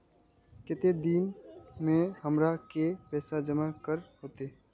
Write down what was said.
केते दिन में हमरा के पैसा जमा करे होते?